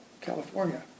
California